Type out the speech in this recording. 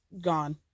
gone